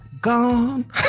Gone